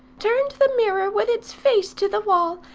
turned the mirror with its face to the wall,